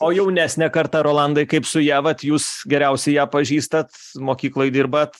o jaunesnė karta rolandai kaip su ja vat jūs geriausiai ją pažįstat mokykloj dirbat